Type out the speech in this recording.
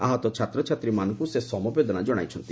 ଆହତ ଛାତ୍ରଛାତ୍ରୀମାନଙ୍କୁ ସେ ସମବେଦନା ଜଣାଇଛନ୍ତି